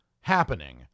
*Happening*